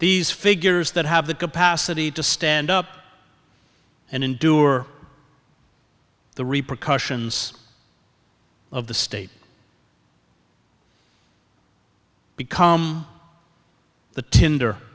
these figures that have the capacity to stand up and endure the repercussions of the state become the tinder